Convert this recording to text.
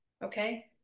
Okay